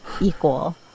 equal